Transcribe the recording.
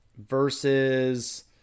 versus